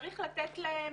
צריך לתת להן